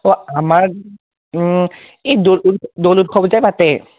আমাৰ এই দৌল উৎসৱটো যে পাতে